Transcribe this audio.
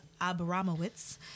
abramowitz